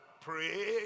pray